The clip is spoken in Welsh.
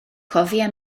cofia